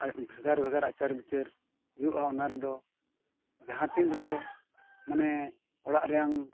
ᱟᱡ ᱵᱷᱮᱜᱟᱨ ᱵᱷᱮᱜᱟᱨ ᱟᱪᱟᱨ ᱵᱤᱪᱟᱹᱨ ᱦᱩᱭᱩᱜᱼᱟ ᱚᱱᱟ ᱨᱮᱫᱚ ᱡᱟᱦᱟᱸ ᱛᱤᱱ ᱨᱮ ᱢᱟᱱᱮ ᱚᱲᱟᱜ ᱨᱮᱭᱟᱝ